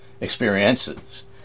experiences